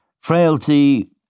Frailty